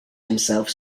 himself